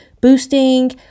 boosting